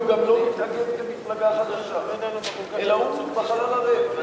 והוא גם לא מתאגד כמפלגה חדשה, אלא הוא בחלל הריק.